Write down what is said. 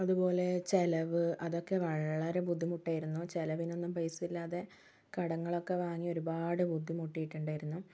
അതുപോലെ ചെലവ് അതൊക്കെ വളരെ ബുദ്ധിമുട്ടായിരുന്നു ചെലവിനൊന്നും പൈസ ഇല്ലാതെ കടങ്ങളൊക്കെ വാങ്ങി ഒരുപാട് ബുദ്ധിമുട്ടിയിട്ടുണ്ടായിരുന്നു